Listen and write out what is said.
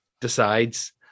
decides